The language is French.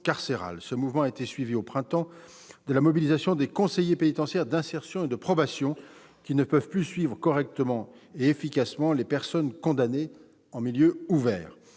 Ce mouvement a été suivi, au printemps, de la mobilisation des conseillers pénitentiaires d'insertion et de probation, qui ne peuvent plus suivre correctement et efficacement les personnes condamnées en milieu ouvert.